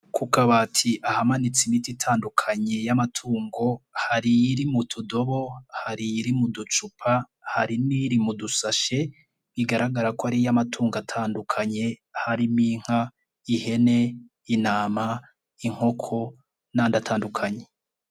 ku kabati ahamanitse imiti itandukanye y'amatungo, hari iri mu tudobo, hari iri mu ducupa, hari n'iri mu dusashe igaragara ko ari iy'amatungo atandukanye harimo inka, ihene, intama, inkoko n'andi atandukanye.